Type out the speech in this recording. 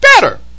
better